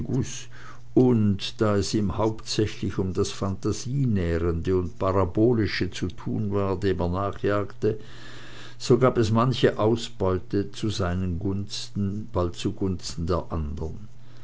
und da es ihm hauptsächlich um das phantasienährende und parabolische zu tun war dem er nachjagte so gab es manche ausbeute bald zu seinen gunsten bald zugunsten der andern